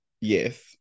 Yes